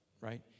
right